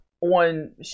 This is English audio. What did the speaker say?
on